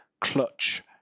clutch